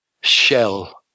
shell